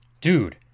dude